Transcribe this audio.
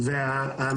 מה.